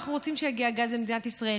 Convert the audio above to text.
אנחנו רוצים שיגיע גז למדינת ישראל.